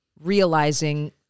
realizing